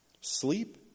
Sleep